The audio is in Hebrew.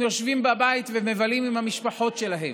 הם יושבים בבית ומבלים עם המשפחות שלהם.